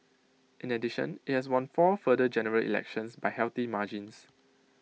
in addition IT has won four further general elections by healthy margins